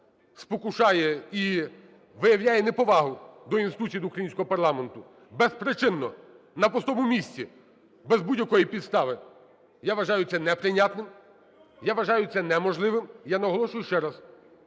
спокушає і виявляє неповагу до інституції = до українського парламенту, безпричинно, на пустому місці, без будь-якої підстави. Я вважаю це неприйнятним, я вважаю це неможливим, я наголошую ще раз,